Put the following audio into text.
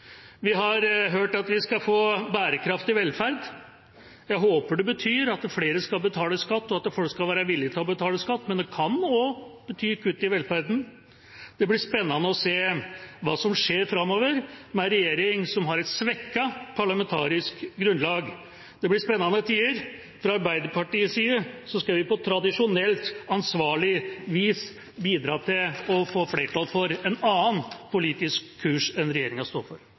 Vi har hørt at vi skal få bærekraftig velferd. Jeg håper det betyr at flere skal betale skatt, og at folk skal være villig til å betale skatt, men det kan også bety kutt i velferden. Det blir spennende å se hva som skjer framover med en regjering som har et svekket parlamentarisk grunnlag. Det blir spennende tider. Fra Arbeiderpartiets side skal vi på tradisjonelt ansvarlig vis bidra til å få flertall for en annen politisk kurs enn regjeringa står for.